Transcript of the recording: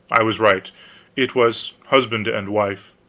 i was right it was husband and wife.